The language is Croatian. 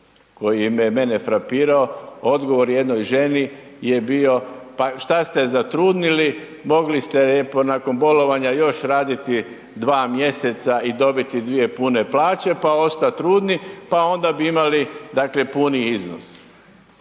koji je mene frapirao, odgovor jednoj ženi je bio, pa šta ste zatrudnili mogli ste lijepo nakon bolovanja još raditi 2 mjeseca i dobiti dvije pune plaće, pa ostat trudni, pa onda bi imali dakle, puni iznos.